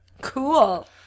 Cool